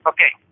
Okay